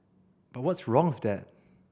but what's wrong with that